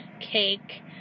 cake